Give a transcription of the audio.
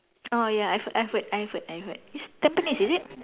oh ya I've heard I've heard I've heard it's Tampines is it